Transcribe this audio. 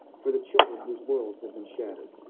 for the children whose worlds have been shattered